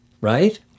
Right